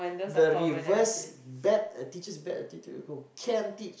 the reverse pet teacher pet can teach